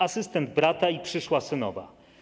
Asystent brata i przyszła synowa.